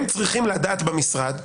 הם צריכים לדעת במשרד.